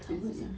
is crazy